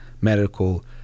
medical